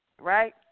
right